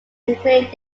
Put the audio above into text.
include